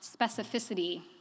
specificity